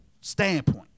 standpoint